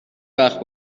وقت